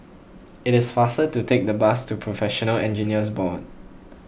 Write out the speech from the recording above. it is faster to take the bus to Professional Engineers Board